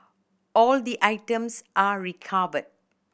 all the items are recovered